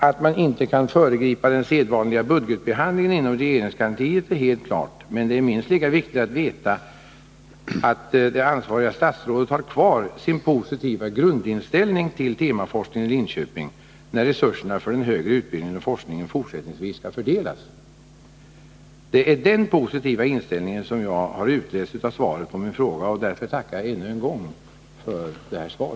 Att man inte kan föregripa den sedvanliga budgetbehandlingen inom regeringskansliet är helt klart, men det är minst lika viktigt att veta att det ansvariga statsrådet har kvar sin positiva grundinställning till temaforskningen i Linköping, när resurserna för den högre utbildningen och forskningen fortsättningsvis skall fördelas. Det är den positiva inställningen jag har utläst av svaret på min interpellation, och därför tackar jag ännu en gång för detta svar.